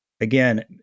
again